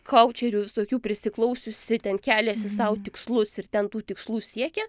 koučerių visokių prisiklausiusi ten keliasi sau tikslus ir ten tų tikslų siekia